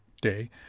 day